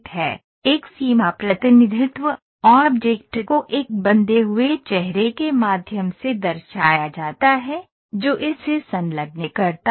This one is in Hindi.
1 सीमा प्रतिनिधित्व ऑब्जेक्ट को एक बंधे हुए चेहरे के माध्यम से दर्शाया जाता है जो इसे संलग्न करता है